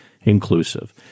inclusive